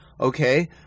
okay